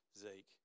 Zeke